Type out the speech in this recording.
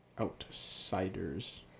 outsiders